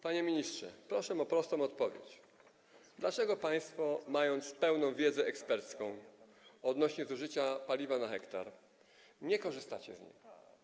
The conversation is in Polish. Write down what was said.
Panie ministrze, proszę o prostą odpowiedź: Dlaczego państwo, mając pełną wiedzę ekspercką odnośnie do zużycia paliwa na 1 ha, nie korzystacie z niej?